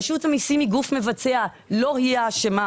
רשות המיסים היא גוף מבצע, לא היא האשמה.